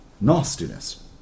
nastiness